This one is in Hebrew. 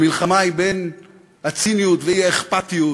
המלחמה היא בין הציניות והאי-אכפתיות,